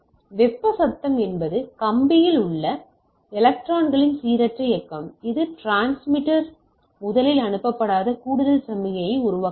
வெப்ப சத்தம் என்பது கம்பியில் உள்ள எலக்ட்ரான்களின் சீரற்ற இயக்கம் இது டிரான்ஸ்மிட்டர் முதலில் அனுப்பப்படாத கூடுதல் சமிக்ஞையை உருவாக்குகிறது